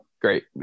great